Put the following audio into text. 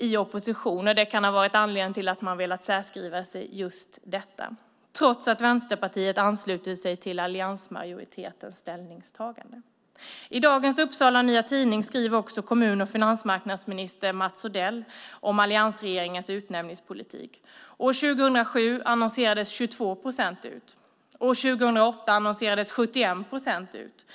i opposition. Det kan vara anledningen till att man har velat särskriva sig när det gäller just detta trots att Vänsterpartiet anslutit sig till alliansmajoritetens ställningstagande. I dagens Upsala Nya Tidning skriver kommun och finansmarknadsminister Mats Odell om alliansregeringens utnämningspolitik. År 2007 annonserades 22 procent av tjänsterna ut. År 2008 annonserades 71 procent ut.